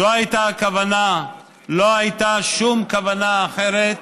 זו הייתה הכוונה, לא הייתה שום כוונה אחרת,